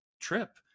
trip